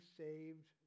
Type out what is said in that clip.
saved